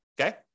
okay